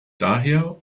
daher